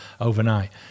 overnight